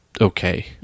okay